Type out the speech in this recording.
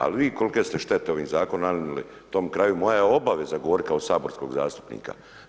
Ali vi koliko ste štete ovim zakonom nanijeli, mojem kraju, moja je obaveza govoriti kao saborskog zastupnika.